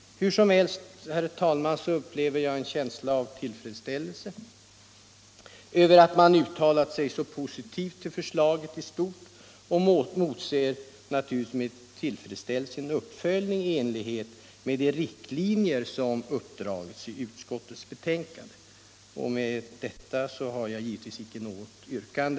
Hur som helst, herr talman, upplever jag en känsla av tillfredsställelse över att utskottet uttalat sig så positivt om förslaget i stort, och jag motser med förväntan en uppföljning av de riktlinjer som uppdragits i utskottets betänkande. Herr talman! Jag har givetvis icke något yrkande.